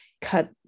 cut